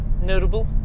notable